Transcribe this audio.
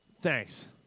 Thanks